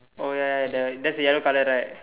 oh ya ya the that's the yellow color right